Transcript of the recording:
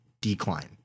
decline